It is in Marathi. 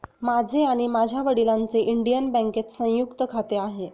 माझे आणि माझ्या वडिलांचे इंडियन बँकेत संयुक्त खाते आहे